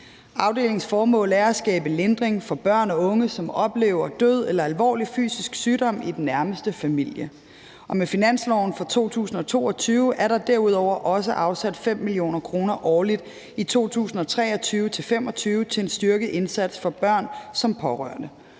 Afdelingens formål er at skabe lindring for børn og unge, som oplever død eller alvorlig fysisk sygdom i den nærmeste familie. På finansloven for 2022 er der derudover også afsat 5 mio. kr. årligt i 2023-2025 til en styrket indsats for børn som pårørende.